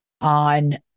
On